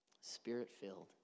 spirit-filled